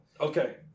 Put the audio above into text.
Okay